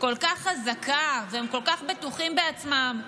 כל כך חזקה והם כל כך בטוחים בעצמם,